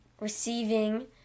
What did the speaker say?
receiving